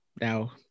Now